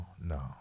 no